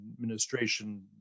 administration